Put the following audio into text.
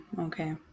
okay